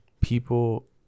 People